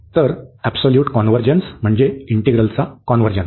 तर absolute convergence म्हणजे इंटिग्रलचा कॉन्व्हर्जन्स